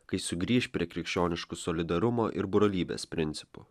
kai sugrįš prie krikščioniškų solidarumo ir brolybės principų